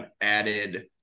added